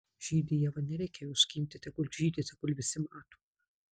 žydi ieva nereikia jos skinti tegul žydi tegul visi mato